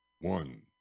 one